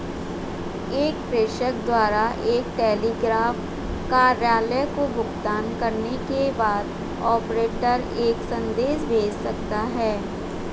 एक प्रेषक द्वारा एक टेलीग्राफ कार्यालय को भुगतान करने के बाद, ऑपरेटर एक संदेश भेज सकता है